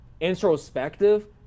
introspective